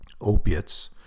opiates